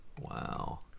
Wow